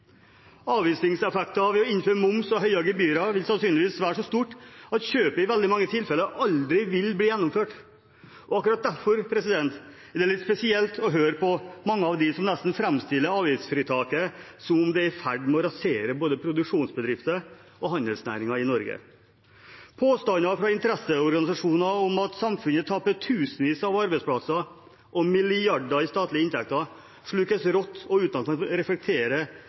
Avvisningseffekten ved å innføre moms og høye gebyrer vil sannsynligvis være så stor at kjøpet i veldig mange tilfeller aldri vil bli gjennomført. Akkurat derfor er det litt spesielt å høre på mange av dem som framstiller avgiftsfritaket nesten som om det er i ferd med å rasere både produksjonsbedriftene og handelsnæringen i Norge. Påstander fra interesseorganisasjoner om at samfunnet taper tusenvis av arbeidsplasser og milliarder i statlige inntekter, slukes rått og uten at man reflekterer